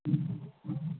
एहिमे अहिना